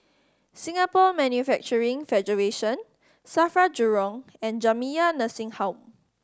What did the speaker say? Singapore Manufacturing Federation SAFRA Jurong and Jamiyah Nursing Home